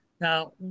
Now